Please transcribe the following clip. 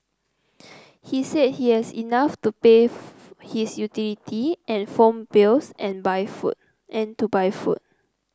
he said he has enough to pay his utility and phone bills and buy food and to buy food